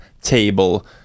table